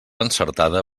encertada